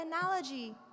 analogy